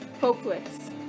hopeless